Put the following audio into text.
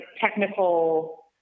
technical